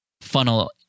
funnel